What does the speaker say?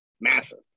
Massive